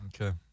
Okay